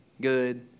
good